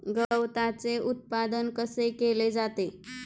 गवताचे उत्पादन कसे केले जाते?